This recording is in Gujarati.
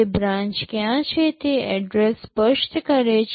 તે બ્રાન્ચ ક્યાં છે તે એડ્રેસ સ્પષ્ટ કરે છે